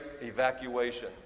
evacuation